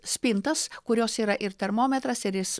spintas kurios yra ir termometras ir jis